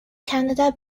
canada